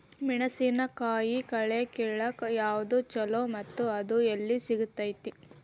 ಮೆಣಸಿನಕಾಯಿ ಕಳೆ ಕಿಳಾಕ್ ಯಾವ್ದು ಛಲೋ ಮತ್ತು ಅದು ಎಲ್ಲಿ ಸಿಗತೇತಿ?